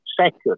second